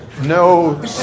No